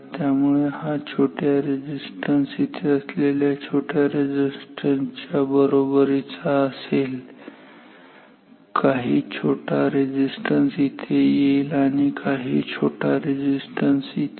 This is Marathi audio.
त्यामुळे हा छोटा रेझिस्टन्स येथे असलेल्या छोट्या रेझिस्टन्स च्या बरोबरीचा असेल काही छोटा रेझिस्टन्स इथे आणि काही छोटा रेझिस्टन्स येथे